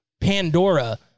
Pandora